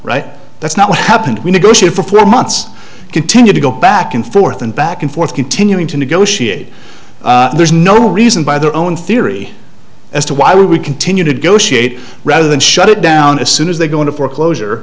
right that's not what happened we negotiate for four months continue to go back and forth and back and forth continuing to negotiate there's no reason by their own theory as to why we continue negotiating rather than shut it down as soon as they go into foreclosure